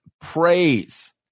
praise